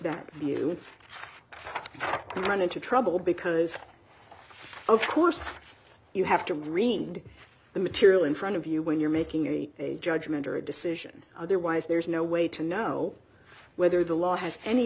that view and run into trouble because of course you have to remind the material in front of you when you're making a judgement or a decision otherwise there's no way to know whether the law has any